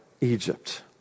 Egypt